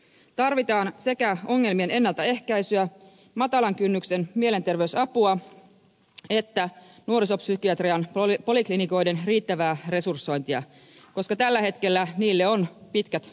tarvitaan ongelmien ennaltaehkäisyä matalan kynnyksen mielenterveysapua ja nuorisopsykiatrian poliklinikoiden riittävää resursointia tällä hetkellä niille on pitkät jonot